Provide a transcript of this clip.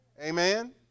Amen